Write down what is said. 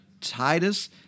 Titus